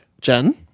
Jen